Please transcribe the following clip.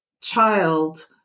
child